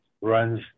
runs